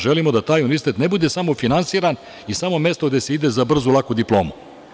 Želimo da taj univerzitet ne bude samo finansiran i samo mesto gde se ide za brzu i laku diplomu.